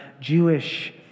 Jewish